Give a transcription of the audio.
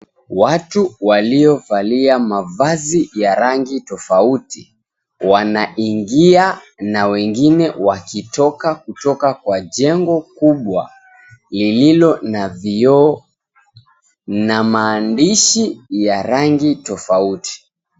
Watu waliovalia mavazi ya rangi tofauti, wanaingia na wengine wakitoka kutoka kwa jengo kubwa lililo na vioo na maandishi ya rangi tofauti.